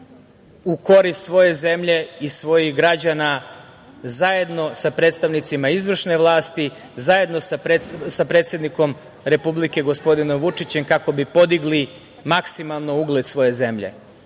u korist svoje zemlje i svojih građana, zajedno sa predstavnicima izvršne vlasti, zajedno sa predsednikom Republike, gospodinom Vučićem, kako bi podigli maksimalno ugled svoje zemlje. Mi